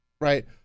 right